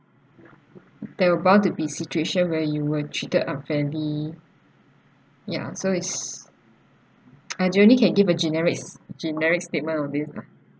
there were bound to be situation where you were treated fairly ya so it's our journey can give a generics generic statement on this lah